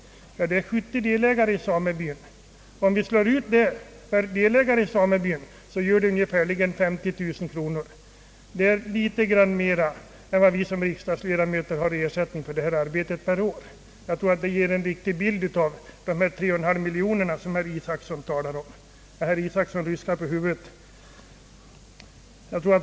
Men det är 70 delägare i samebyn, och om man slår ut detta belopp per delägare i byn, så ger det ungefär 50000 kronor åt varje. Det är obetydligt mera än vad vi som riksdagsledamöter har i ersättning för vårt arbete för ett enda år. Jag tror att detta exempel ger en ganska riktig bild av de 3,5 miljoner som herr Isacson talade om.